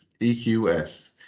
EQS